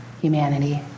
humanity